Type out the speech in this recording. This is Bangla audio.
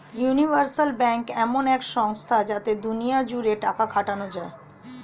ইউনিভার্সাল ব্যাঙ্ক এমন এক সংস্থা যাতে দুনিয়া জুড়ে টাকা খাটানো যায়